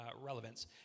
relevance